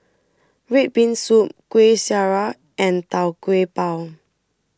Red Bean Soup Kueh Syara and Tau Kwa Pau